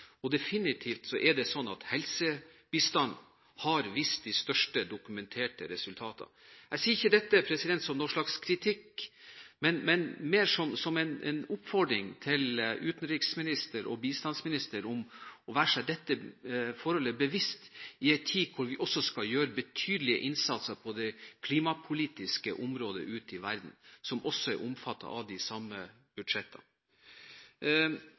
er definitivt slik at helsebistand har vist de best dokumenterte resultatene. Jeg sier ikke dette som noen slags kritikk, men mer som en oppfordring til utenriksministeren og bistandsministeren om å være seg dette forholdet bevisst, i en tid da vi også skal gjøre betydelig innsats på det klimapolitiske området ute i verden, som også er omfattet av de samme budsjettene.